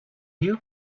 you